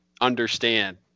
understand